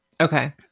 Okay